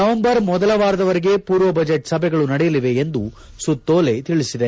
November ಮೊದಲ ವಾರದವರೆಗೆ ಪೂರ್ವ ಬಜೆಟ್ ಸಭೆಗಳು ನಡೆಯಲಿವೆ ಎಂದು ಸುತ್ತೋಲೆ ತಿಳಿಸಿದೆ